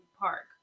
park